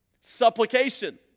supplication